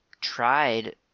tried